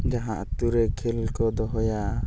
ᱡᱟᱦᱟᱸ ᱟᱛᱩᱨᱮ ᱠᱷᱮᱞ ᱠᱚ ᱫᱚᱦᱚᱭᱟ